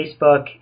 Facebook